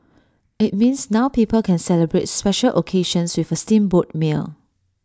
IT means now people can celebrate special occasions with A steamboat meal